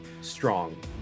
strong